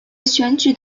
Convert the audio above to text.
选举